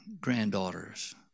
granddaughters